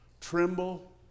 tremble